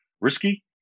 risky